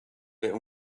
der